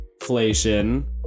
inflation